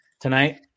Tonight